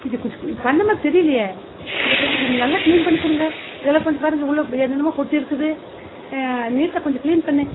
இது கொஞ்சம் க்ளீன் பண்ண மாதிரி தெரியலியே இதை கொஞ்சம் நல்லா க்ளீன் பண்ணி கொடுங்க இதெல்லாம் கொஞ்சம் பாருங்கள் உள்ளே என்னென்னமோ கொட்டியிருக்குது நீட்டாக கொஞ்சம் க்ளீன் பண்ணு